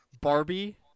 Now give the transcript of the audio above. Barbie